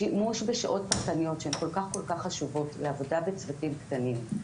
שימוש בשעות פרטניות שהן כל כך חשובות לעבודה בצוותים קטנים,